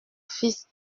fils